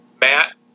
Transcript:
Matt